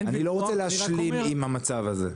אני לא להשלים עם המצב הזה.